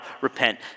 repent